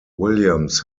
williams